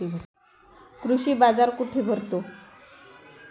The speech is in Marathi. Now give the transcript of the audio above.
कृषी बाजार कुठे भरतो?